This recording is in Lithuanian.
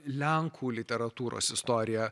lenkų literatūros istorija